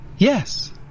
Yes